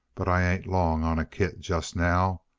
but i ain't long on a kit just now.